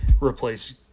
replace